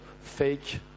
fake